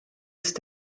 ist